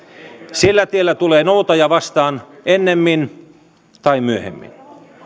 sillä tiellä tulee noutaja vastaan ennemmin tai myöhemmin